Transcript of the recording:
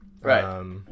Right